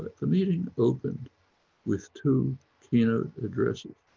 the meeting opened with two keynote addresses.